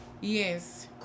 Yes